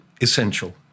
essential